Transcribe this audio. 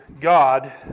God